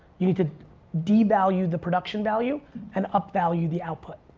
you need to devalue the production value and upvalue the output